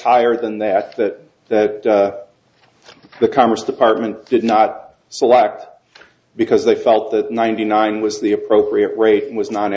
higher than that that that the commerce department did not select because they felt that ninety nine was the appropriate rate was no